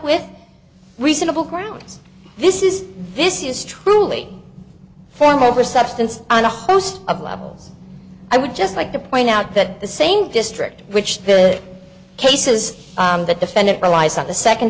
with reasonable grounds this is this is truly form over substance on a host of levels i would just like to point out that the same district which cases the defendant relies on the second